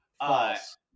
False